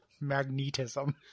Magnetism